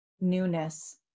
newness